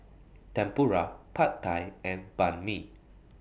Tempura Pad Thai and Banh MI